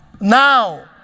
now